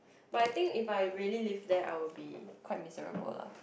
but I think if I really live there I would be quite miserable lah